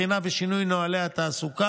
בחינה ושינוי של נוהלי ההעסקה,